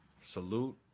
salute